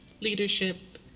leadership